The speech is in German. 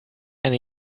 eine